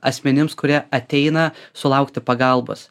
asmenims kurie ateina sulaukti pagalbos